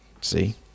see